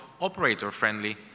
operator-friendly